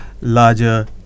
larger